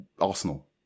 Arsenal